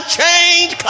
change